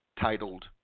titled